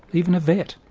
even a vet.